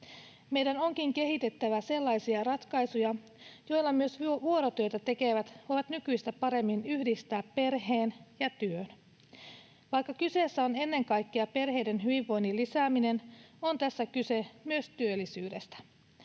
Meidän onkin kehitettävä sellaisia ratkaisuja, joilla myös vuorotyötä tekevät voivat nykyistä paremmin yhdistää perheen ja työn. Vaikka kyseessä on ennen kaikkea perheiden hyvinvoinnin lisääminen, on tässä kyse myös työllisyydestä.